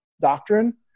doctrine